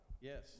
Yes